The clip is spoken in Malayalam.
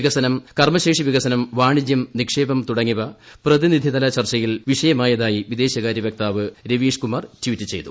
വികസനം കർമ്മശേഷി വികസനം വാണിജ്യം നിക്ഷേപം തുടങ്ങിയവ പ്രതിനിധിതല ചർച്ചയിൽ വിഷയമായതായി വിദേശകാര്യ വക്താവ് രവീഷ് കുമാർ ട്ടീറ്റ് ചെയ്തു